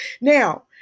Now